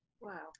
Wow